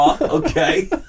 okay